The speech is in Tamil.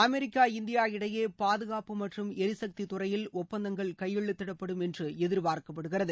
அமெரிக்கா இந்தியா இடையே பாதுகாப்பு மற்றும் ளரிசக்தித் துறையில் ஒப்பந்தங்கள் கையெழுத்திடப்படும் என்று எதிர்பார்க்கப்படுகிறது